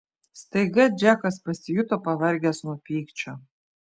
staiga džekas pasijuto pavargęs nuo pykčio